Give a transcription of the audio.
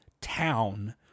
town